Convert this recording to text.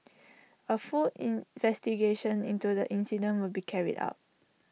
A full investigation into the incident will be carried out